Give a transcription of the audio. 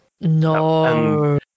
No